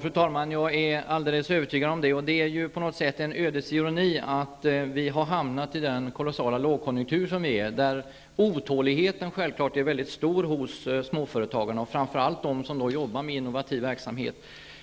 Fru talman! Jag är helt övertygad om det. Det är på något sätt en ödets ironi att vi har hamnat i den kolossala lågkonjunktur som vi befinner oss i, där otåligheten självfallet är mycket stor hos småföretagarna och framför allt hos dem som jobbar med innovativ verksamhet.